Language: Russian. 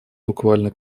буквально